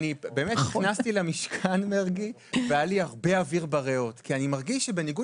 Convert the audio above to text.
באמת נכנסתי למשכן והיה לי הרבה אויר בריאות כי בניגוד